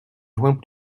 joint